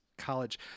college